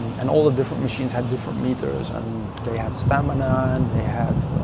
and all the different machines had different meters and they had stamina and they had,